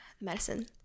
medicine